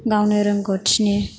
गावनो रोंगौथिनि